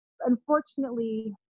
unfortunately